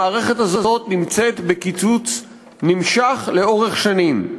המערכת הזאת נמצאת בקיצוץ נמשך לאורך שנים.